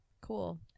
cool